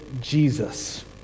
Jesus